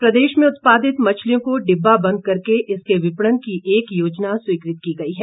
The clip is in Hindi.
मछली उत्पादन प्रदेश में उत्पादित मछलियों को डिब्बा बंद कर के इसके विपणन की एक योजना स्वीकृत की गई है